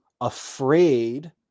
afraid